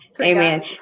Amen